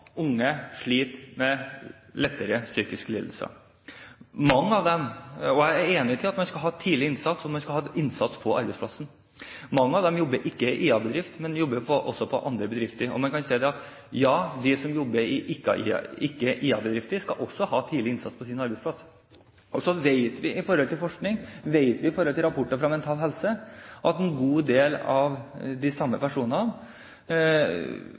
unge sliter med lettere psykiske lidelser. Jeg er enig i at man skal ha tidlig innsats, og man skal ha innsats på arbeidsplassen. Mange av dem jobber ikke i IA-bedrift, men jobber i andre bedrifter. Man kan si at de som ikke jobber i IA-bedrifter, også skal ha tidlig innsats på sin arbeidsplass, men så vet vi fra forskningen, vi vet fra rapportene fra Mental Helse, at en god del av de samme personene